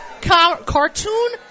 cartoon